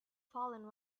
fallen